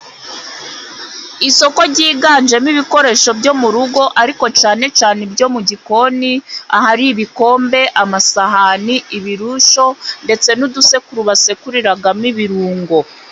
Isoko ryiganjemo ibikoresho byo mu rugo, ariko cyane cyane ibyo mu gikoni, ahari ibikombe, amasahani, ibirushe ndetse n'udusekuru, basekuriragamo ibirungo.